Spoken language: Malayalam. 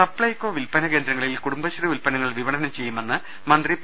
സപ്പൈകോ വിൽപ്പന കേന്ദ്രങ്ങളിൽ കുടുംബശ്രീ ഉല്പന്നങ്ങൾ വിപണനം ചെയ്യുമെന്ന് മന്ത്രി പി